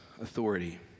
authority